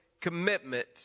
commitment